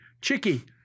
Chicky